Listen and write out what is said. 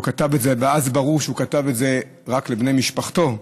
אז ברור שהוא כתב את זה רק לבני משפחתו.